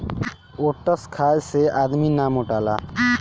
oats खाए से आदमी ना मोटाला